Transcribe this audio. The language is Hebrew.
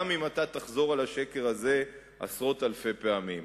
גם את תחזור על השקר הזה עשרות אלפי פעמים.